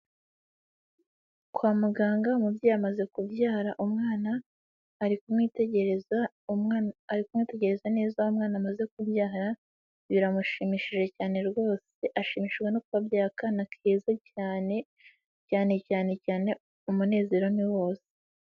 Kwa muganga umubyeyi amaze kubyara umwana, ari kumwitegereza ari kumwitegereza neza uwo umwana amaze kubyara, biramushimishije cyane rwose, ashimishijwe no kuba abyaye akana keza cyane cyane cyane cyane umunezero ni wose.